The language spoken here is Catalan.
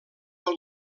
del